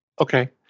Okay